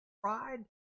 pride